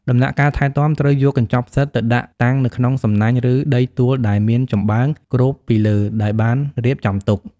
ដំណាក់កាលថែទាំត្រូវយកកញ្ចប់ផ្សិតទៅដាក់តាំងនៅក្នុងសំណាញ់ ឬដីទួលដែលមានចំប៉ើងគ្រប់ពីលើដែលបានរៀបចំទុក។